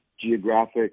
geographic